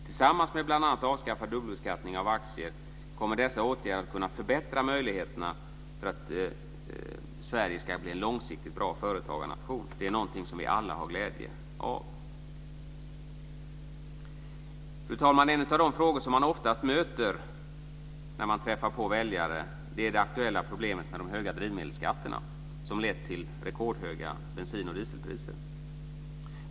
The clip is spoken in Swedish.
Tillsammans med bl.a. avskaffad dubbelbeskattning av aktier kommer dessa åtgärder att förbättra möjligheterna för att Sverige ska bli en långsiktigt bra företagarnation. Det är någonting som vi alla har glädje av. Fru talman! En av de frågor som man oftast möter när man träffar väljare är det aktuella problemet med de höga drivmedelsskatterna som har lett till rekordhöga bensin och dieselpriser.